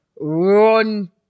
run